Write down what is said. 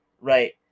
right